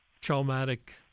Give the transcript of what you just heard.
Traumatic